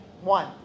one